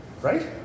Right